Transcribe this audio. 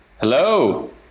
Hello